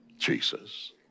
Jesus